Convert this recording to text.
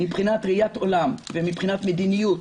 מבחינת ראיית עולם ומבחינת מדיניות,